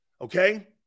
okay